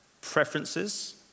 preferences